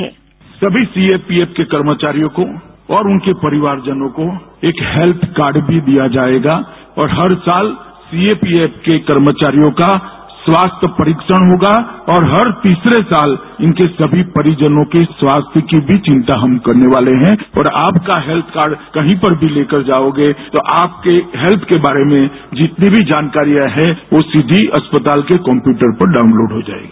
bite सभी CAPF के कर्मचारियों को और उनके परिवारजनों को एक हेल्प कार्ड भी दिया जायेगा और हर साल सीएपीएफ के कर्मचारियों का स्वास्थ्य परीक्षण होगा और हर तीसरें साल उनके सभी परिजनों के स्वास्थ्य की भी हम चिंता करने वाले है और आपका हेल्पकार्ड कहीं पर भी लेकर जाओगे तो आपके हेल्थ के बारे में जितनी भी जानकारियां है वो सीधी अस्पताल के कप्यूटर में डाउनलोड हो जायेगी